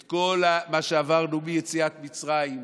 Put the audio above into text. את כל מה שעברנו מיציאת מצרים,